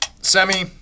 semi